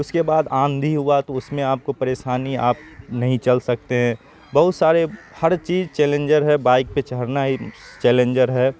اس کے بعد آندھی ہوا تو اس میں آپ کو پریشانی آپ نہیں چل سکتے ہیں بہت سارے ہر چیز چیلنجر ہے بائک پہ چڑھنا ہی چیلنجر ہے